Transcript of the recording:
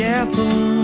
apple